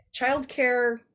childcare